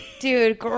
Dude